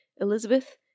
Elizabeth